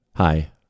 Hi